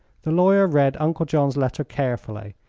the lawyer read uncle john's letter carefully,